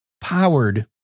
powered